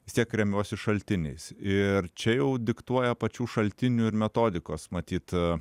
vis tiek remiuosi šaltiniais ir čia jau diktuoja pačių šaltinių ir metodikos matyt